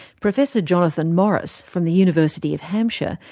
professor jonathan morris, from the university of hampshire,